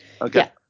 okay